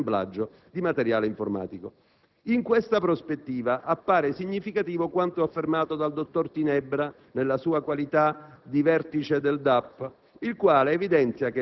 di un progetto di lavoro per detenuti relativo al disassemblaggio di materiale elettrico. In questa prospettiva appare significativo quanto affermato dal dottor Tinebra, nella sua qualità